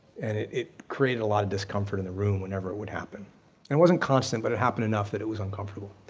and it it created a lot of discomfort in the room whenever it would happen. and it wasn't constant, but it happened enough that it was uncomfortable.